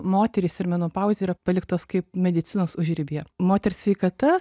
moterys ir menopauzė yra paliktos kaip medicinos užribyje moters sveikata